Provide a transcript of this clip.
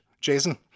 Jason